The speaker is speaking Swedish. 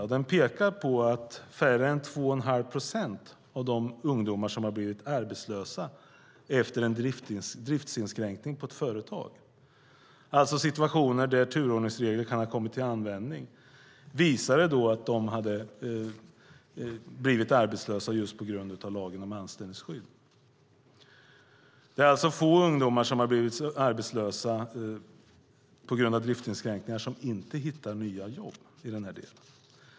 Rapporten pekar på att färre än 2 1⁄2 procent av de ungdomar som har blivit arbetslösa efter en driftsinskränkning på ett företag, situationer där turordningsregler kan ha använts, har blivit arbetslösa på grund av lagen om anställningsskydd. Det är alltså få ungdomar som har blivit arbetslösa på grund av driftsinskränkningar som inte hittar nya jobb.